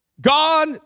God